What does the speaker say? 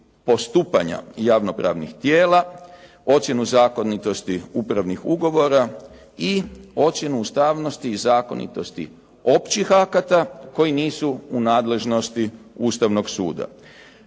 postupanja javno-pravnih tijela, ocjenu zakonitosti upravnih ugovora i ocjenu ustavnosti i zakonitosti općih akata koji nisu u nadležnosti Ustavnog suda.